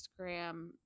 Instagram